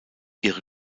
ihre